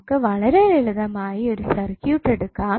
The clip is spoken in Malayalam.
നമുക്ക് വളരെ ലളിതമായ ഒരു സർക്യൂട്ട് എടുക്കാം